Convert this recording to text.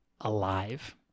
alive